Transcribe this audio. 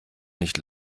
nicht